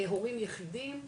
הורים יחידים,